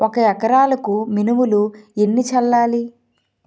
ఒక ఎకరాలకు మినువులు ఎన్ని చల్లాలి?